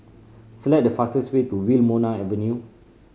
select the fastest way to Wilmonar Avenue